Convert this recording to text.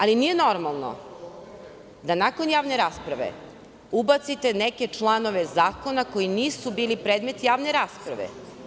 Ali, nije normalno da nakon javne rasprave ubacite neke članove zakona koji nisu bili predmet javne rasprave.